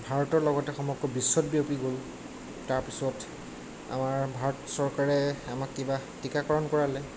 ভাৰতৰ লগতে সমগ্ৰ বিশ্বত বিয়পি গ'ল তাৰপিছত আমাৰ ভাৰত চৰকাৰে আমাক কিবা টীকাকৰণ কৰালে